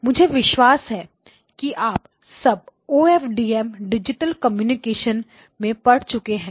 मुझे विश्वास है कि आप सब OFDM को डिजिटल कम्युनिकेशन में पढ़ चुके हैं